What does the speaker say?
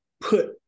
put